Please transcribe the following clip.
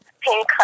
pink